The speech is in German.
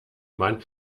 mann